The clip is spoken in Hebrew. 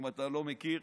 אם אתה לא מכיר,